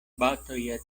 batoj